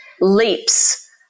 leaps